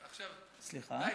סליחה?